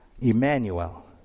Emmanuel